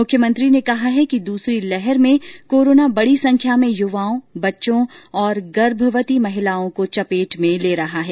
मुख्यमंत्री ने कहा कि दूसरी लहर में कोरोना बड़ी संख्या में युवाओं बच्चों और गर्भवती महिलाओं को चपेट में ले रहा है